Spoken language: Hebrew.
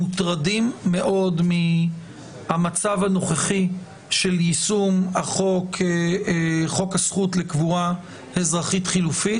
מוטרדים מאוד מהמצב הנוכחי של יישום חוק הזכות לקבורה אזרחית חלופית.